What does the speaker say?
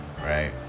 right